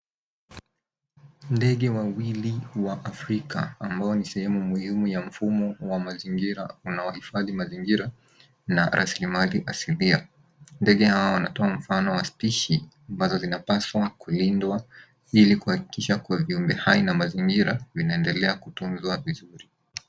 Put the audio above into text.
Ndege wawili wa afrika, ambayo ni sehemu muhimu ya mfumo wa mazingira unaohifadhi mazingira na rasilimali asilia. Ndege hao wanatoa mfano wa spishi ambazo zinapaswa kulindwa ili kuhakikisha kuwa viumbe hawa na mazingira vinaendelea kutunzwa vizuri.